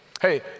hey